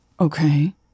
Okay